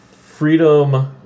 freedom